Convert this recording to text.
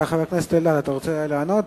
חבר הכנסת אלדד, אתה רוצה לענות?